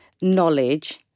knowledge